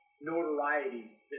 notoriety